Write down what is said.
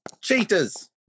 cheaters